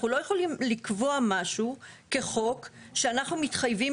אנחנו לא יכולים לקבוע משהו כחוק שאנחנו מתחייבים